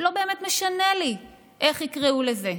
לא באמת משנה לי איך יקראו לזה,